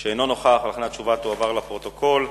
שאינו נוכח, ולכן התשובה תועבר לפרוטוקול.